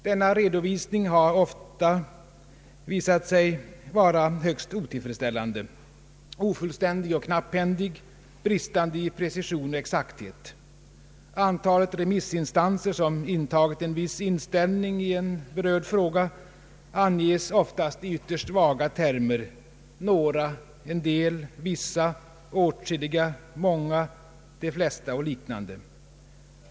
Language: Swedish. Denna redovisning har många gånger visat sig vara högst otillfredsställande: ofullständig och knapphändig, bristande i precision och exakthet. Antalet remissinstanser som intagit en viss inställning i en berörd fråga anges ofta i ytterst vaga termer: några, en del, vissa, åtskilliga, många, de flesta — och liknande.